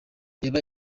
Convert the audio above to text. reba